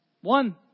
One